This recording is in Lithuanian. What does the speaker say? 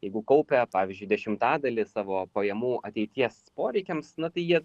jeigu kaupia pavyzdžiui dešimtadalį savo pajamų ateities poreikiams na tai jie